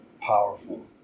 powerful